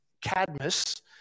Cadmus